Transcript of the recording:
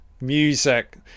Music